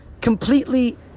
completely